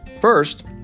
First